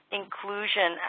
inclusion